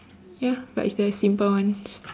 ya but it's the simple ones